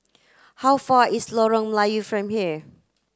how far is Lorong Melayu from here